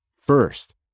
First